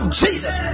jesus